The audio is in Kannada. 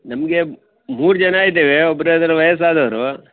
ನಮಗೆ ಮೂರು ಜನ ಇದ್ದೇವೆ ಒಬ್ರು ಅದ್ರಲ್ಲಿ ವಯಸ್ಸಾದವರು